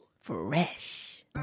fresh